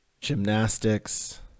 gymnastics